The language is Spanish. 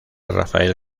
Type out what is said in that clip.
rafael